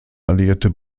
alliierte